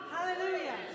Hallelujah